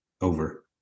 Over